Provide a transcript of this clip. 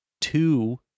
two